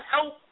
help